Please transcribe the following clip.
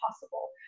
possible